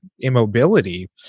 immobility